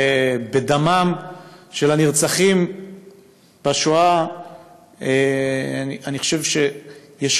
ולדמם של הנרצחים בשואה אני חושב שיש